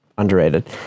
Underrated